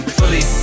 fully